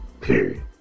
Period